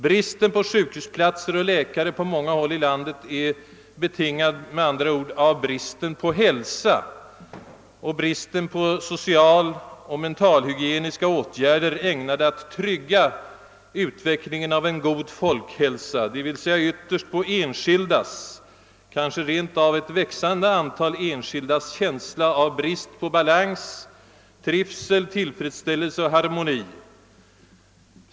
Bristen på sjukhusplatser och läkare på många håll i landet är med andra ord betingad av bristen på hälsa och bristen på socialoch mentalhygieniska allmänåtgärder ägnade att trygga utvecklingen av en god folkhälsa, d.v.s. ytterst på enskildas — kanske rent av ett växande antal enskildas — känsla av brist på balans, trivsel, tillfredsställelse och harmoni.